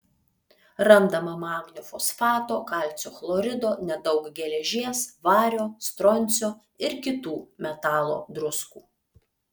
randama magnio fosfato kalcio chlorido nedaug geležies vario stroncio ir kitų metalo druskų